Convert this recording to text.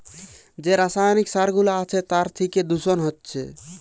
যে রাসায়নিক সার গুলা আছে তার থিকে দূষণ হচ্ছে